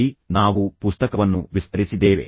ಸರಿ ನಾವು ಪುಸ್ತಕವನ್ನು ವಿಸ್ತರಿಸಿದ್ದೇವೆ